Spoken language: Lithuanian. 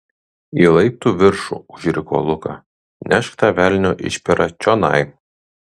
į laiptų viršų užriko luka nešk tą velnio išperą čionai